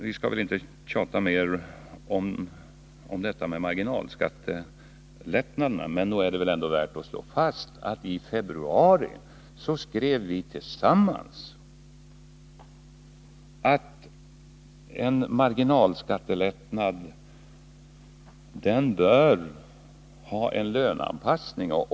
Vi skall väl inte tjata mer om marginalskattelättnaderna, men nog är det värt att slå fast att vi i februari tillsammans skrev att en marginalskattelättnad bör ha en löneanpassning.